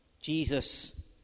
Jesus